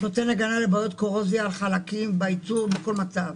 נותן הגנה לבעיות קורוזיה לחלקים בייצור ובכל מצב.